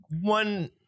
one